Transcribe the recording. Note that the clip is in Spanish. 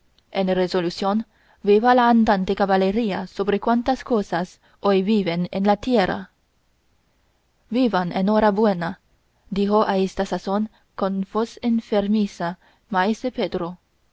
en resolución viva la andante caballería sobre cuantas cosas hoy viven en la tierra vivan en hora buena dijo a esta sazón con voz enfermiza maese pedro